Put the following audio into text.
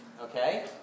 Okay